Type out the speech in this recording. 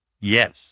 yes